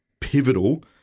pivotal